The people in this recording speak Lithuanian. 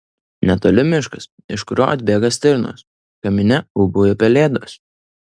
netoli miškas iš kurio atbėga stirnos kamine ūbauja pelėdos